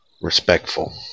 respectful